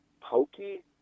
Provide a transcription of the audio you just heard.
pokey